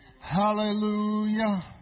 Hallelujah